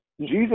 Jesus